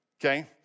Okay